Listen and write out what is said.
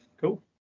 cool